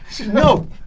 No